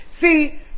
See